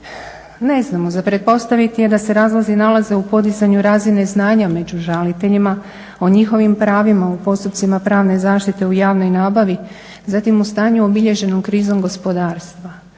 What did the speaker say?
Ne znamo, za pretpostaviti je da se razlozi nalaze u podizanju razine znanja među žaliteljima, o njihovim pravima u postupcima pravne zaštite u javnoj nabavi, zatim u stanju obilježenom krizom gospodarstva.